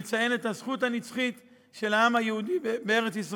מציין את הזכות הנצחית של העם היהודי בארץ-ישראל,